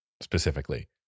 specifically